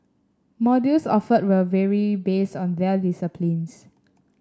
modules offered will vary based on their disciplines